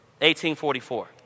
1844